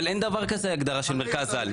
אבל אין דבר כזה הגדרה של מרכז-על.